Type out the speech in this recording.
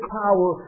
power